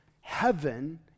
heaven